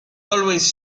always